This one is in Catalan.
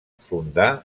fundà